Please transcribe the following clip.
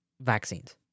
vaccines